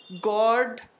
God